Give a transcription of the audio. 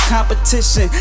competition